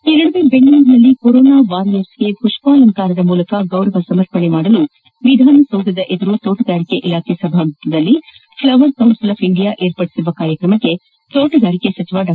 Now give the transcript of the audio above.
ಈ ಮಧ್ಯೆ ಬೆಂಗಳೂರಿನಲ್ಲಿ ಕೊರೊನಾ ವಾರಿಯರ್ಸ್ಗೆ ಪುಷ್ಪಾಲಂಕಾರದ ಮೂಲಕ ಗೌರವ ಸಮರ್ಪಣೆ ಮಾಡಲು ವಿಧಾನಸೌಧದ ಎದುರು ತೋಟಗಾರಿಕೆ ಇಲಾಖೆ ಸಹಭಾಗಿತ್ತದಲ್ಲಿ ಫ್ಲವರ್ ಕೌನ್ಸಿಲ್ ಆಫ್ ಇಂಡಿಯಾ ಏರ್ಪಡಿಸಿರುವ ಕಾರ್ಯಕ್ರಮಕ್ಕೆ ತೋಟಗಾರಿಕಾ ಸಚಿವ ಡಾ